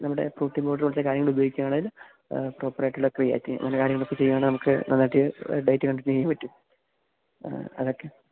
നമ്മുടെ protein powder പോലത്തെ കാര്യങ്ങൾ ഉപയോഗിക്കുകയാണേൽ പ്രോപ്പറായിട്ടുള്ള ക്രിയാറ്റിൻ അങ്ങനെ കാര്യങ്ങളൊക്കെ ചെയ്യുവാണേൽ നമുക്ക് നന്നായിട്ട് ഡയ്റ്റ് കണ്ടിന്യൂ ചെയ്യാൻ പറ്റും അതൊക്കെ